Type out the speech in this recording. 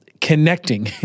connecting